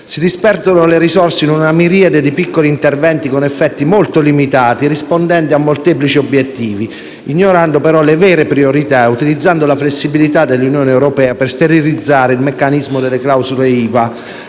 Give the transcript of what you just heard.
Si disperdono le risorse in una miriade di piccoli interventi con effetti molto limitati, rispondenti a molteplici obiettivi, ignorando le vere priorità e utilizzando la flessibilità dell'Unione europea per sterilizzare il meccanismo delle clausole IVA